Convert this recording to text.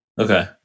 Okay